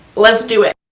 let's do it.